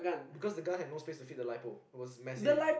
because the gun had no space to fit the lipo it was massive